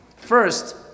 First